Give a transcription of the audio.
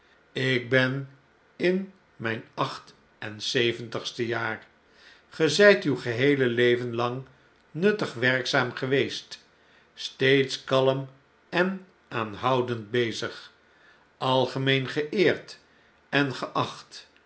ik ben in mp acht en zeventigste jaar ge zjjt uw geheele leven lang nuttig werkzaam geweest steeds kalm en aanhoudend bezig algemeen geeerd en geacht